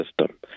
system